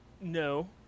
no